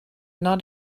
not